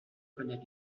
connaît